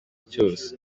cyose